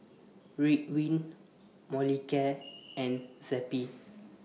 Ridwind Molicare and Zappy